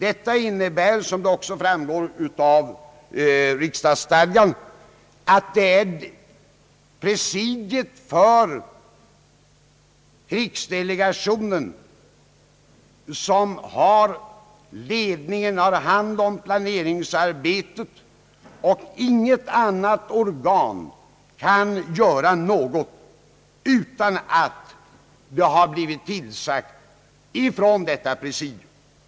Detta innebär, som också framgår av riksdagsstadgan, att det är presidiet för krigsdelegationen som har ledningen, som har hand om planeringsarbetet, och att intet annat organ kan göra något utan att det har blivit tillsagt från detta presidium.